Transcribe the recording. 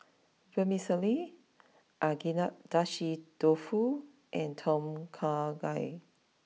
Vermicelli Agedashi Dofu and Tom Kha Gai